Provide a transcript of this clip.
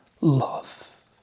love